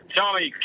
Tommy